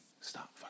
stop